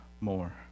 more